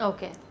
Okay